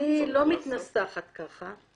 אני לא מתנסחת ככה.